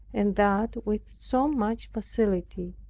and that with so much facility,